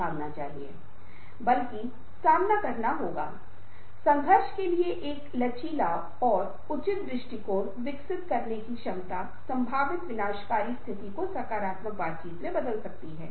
हालांकि हम कुछ निश्चित बाहरी और नौकरी की मूल बातें साक्षात्कार और जीडी कौशल विकसित करने और विकसित करने की कोशिश कर रहे हैं जिन्हें आप पढ़ सकते हैं और इससे लाभान्वित हो सकते हैं